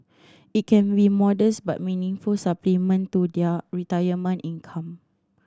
it can be modest but meaningful supplement to their retirement income